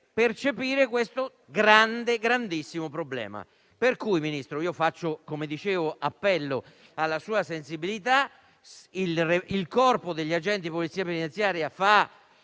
percepire questo grande, grandissimo problema. Ministro, faccio appello alla sua sensibilità. Il corpo degli agenti di Polizia penitenziaria fa